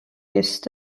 ist